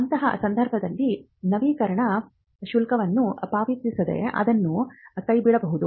ಅಂತಹ ಸಂದರ್ಭಗಳಲ್ಲಿ ನವೀಕರಣ ಶುಲ್ಕವನ್ನು ಪಾವತಿಸದೆ ಅದನ್ನು ಕೈಬಿಡಬಹುದು